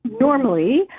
normally